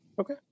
Okay